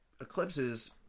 eclipses